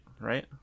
right